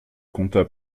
compta